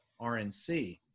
RNC